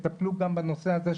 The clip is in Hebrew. תטפלו גם בנושא הזה,